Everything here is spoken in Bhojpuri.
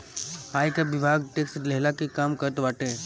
आयकर विभाग टेक्स लेहला के काम करत बाटे